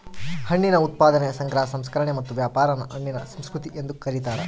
ಹಣ್ಣಿನ ಉತ್ಪಾದನೆ ಸಂಗ್ರಹ ಸಂಸ್ಕರಣೆ ಮತ್ತು ವ್ಯಾಪಾರಾನ ಹಣ್ಣಿನ ಸಂಸ್ಕೃತಿ ಎಂದು ಕರೀತಾರ